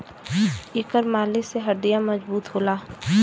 एकर मालिश से हड्डीयों मजबूत होला